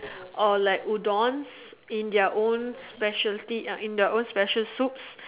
or like Udons in their own speciality uh in their own special soups